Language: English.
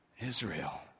Israel